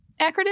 acronym